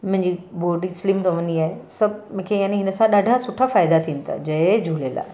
मुंहिंजी body slim रहंदी आहे सभु मूंखे यानी हिन सां ॾाढा सुठा फ़ाइदा थियनि था जय झूलेलाल